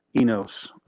Enos